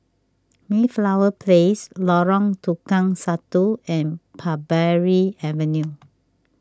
Mayflower Place Lorong Tukang Satu and Parbury Avenue